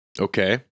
Okay